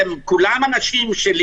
הכול.